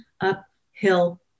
uphill